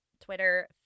Twitter